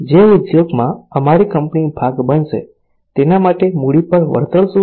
જે ઉદ્યોગમાં અમારી કંપની ભાગ બનશે તેના માટે મૂડી પર વળતર શું છે